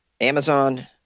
Amazon